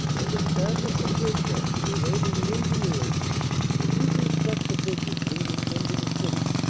and establish a bridgehead to enable the engineers to reconstruct the bridges leading into the city.